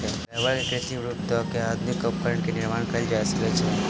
रबड़ के कृत्रिम रूप दय के आधुनिक उपकरण के निर्माण कयल जा सकै छै